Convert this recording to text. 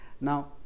Now